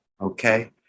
Okay